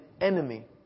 enemy